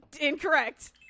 Incorrect